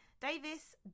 Davis